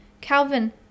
calvin